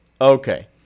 Okay